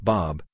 Bob